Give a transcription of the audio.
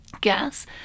gas